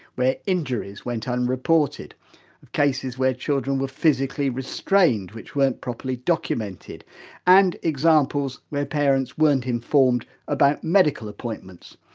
where injuries went unreported of cases where children were physically restrained, which weren't properly documented and examples, where parents weren't informed about medical appointments.